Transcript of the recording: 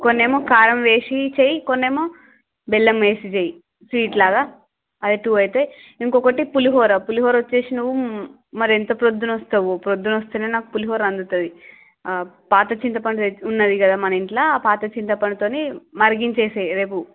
కొన్ని ఏమో కారం వేసి చేయి కొన్ని ఏమో బెల్లం వేసి చేయి స్వీట్ లాగా అదే టూ అయితాయి ఇంకొకటి పులిహోర పులిహోర వచ్చేసి నువ్వు మరెంత ప్రొదున్న వస్తావో ప్రొద్దున వస్తెనే నాకు పులిహోర అందుతుంది ఆ పాత చింతపండు తెచ్చి ఉన్నది కద మన ఇంట్లొ ఆ పాత చింతపండుతోని మరిగించేసేయి రేపు